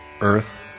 earth